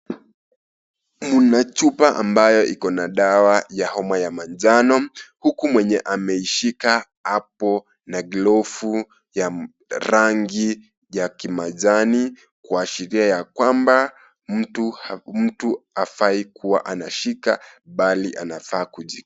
Muna chupa ambayo iko na dawa ya homa ya manjano huku mwenye ameishika apo na glovu ya rangi ya kimajani kuashiria ya kwamba mtu hafai kuwa anashika bali anafaa kuji..